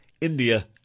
India